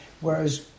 Whereas